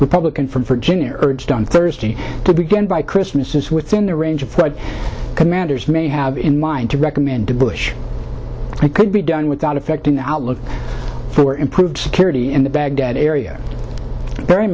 republican from virginia urged on thursday to then by christmas is within the range of what commanders may have in mind to recommend to bush i could be done without affecting the outlook for improved security in the baghdad area